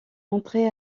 entré